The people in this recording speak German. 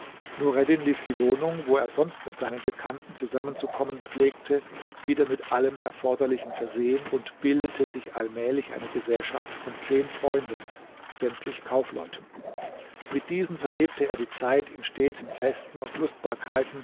nureddin ließ die wohnung wo er sonst mit seinen bekannten zusammenzukommen pflegte wieder mit allem erforderlichen versehen und bildete sich allmählich eine gesellschaft von zehn freunden sämtlich kaufleuten mit diesen verlebte er die zeit in steten festen und